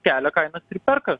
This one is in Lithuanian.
kelia kainas ir perka